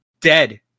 dead